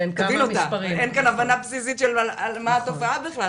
אין כאן הבנה בסיסית על מה התופעה בכלל.